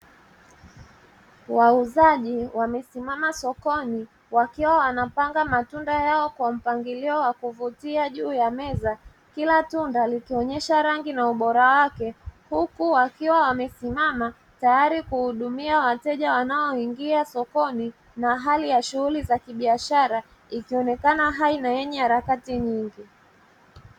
Wauzaji wamesimama sokoni wakiwa wanapanga matunda yao kwa mpangilio wa kuvutia juu ya meza, kila tunda likionyesha rangi na ubora wake huku wakiwa wamesimama tayari kuhudumia wateja wanaoingia sokoni, na hali ya shughuli za kibiashara ikionekana hai na yenye harakati nyingi.